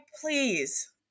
please